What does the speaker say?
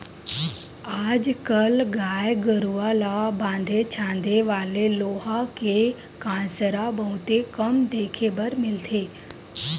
आज कल गाय गरूवा ल बांधे छांदे वाले लोहा के कांसरा बहुते कम देखे बर मिलथे